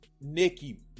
Nikki